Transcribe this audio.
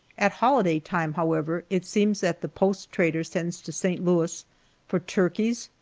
at holiday time, however, it seems that the post trader sends to st. louis for turkeys,